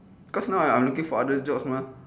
cause now I'm looking for other jobs mah